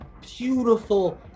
beautiful